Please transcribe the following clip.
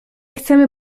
chcemy